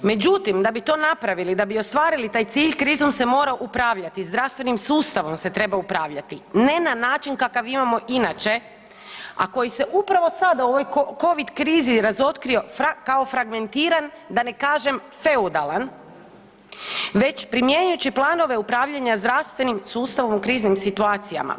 Međutim, da bi to napravili, da bi ostvarili taj cilj, krizom se mora upravljati, zdravstvenim sustavom se treba upravljati, ne na način kakav imamo inače, a koji se upravo sad u ovoj Covid krizi razotkrio kao fragmentiran, da ne kažem feudalan, već primjenjujući planove upravljanja zdravstvenim sustavom u kriznim situacijama.